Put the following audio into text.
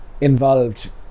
involved